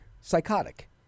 psychotic